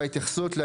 אנחנו,